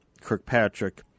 Kirkpatrick